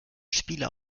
spieler